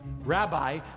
Rabbi